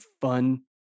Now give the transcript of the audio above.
fun